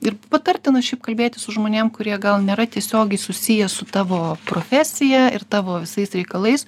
ir patartina šiaip kalbėtis su žmonėm kurie gal nėra tiesiogiai susiję su tavo profesija ir tavo visais reikalais